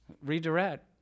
redirect